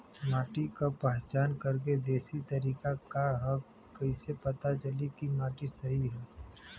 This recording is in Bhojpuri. माटी क पहचान करके देशी तरीका का ह कईसे पता चली कि माटी सही ह?